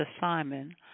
Simon